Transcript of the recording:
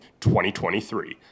2023